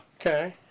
Okay